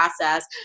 process